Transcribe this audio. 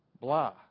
blah